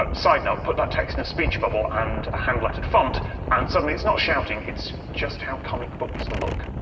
um side note put that text in a speech bubble and a hand-lettered font and suddenly it's not shouting, it's just how comic books look.